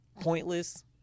pointless